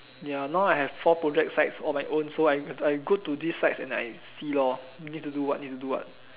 ya now I have four project sites on my own so I I go to these sites and see need to do what need to do what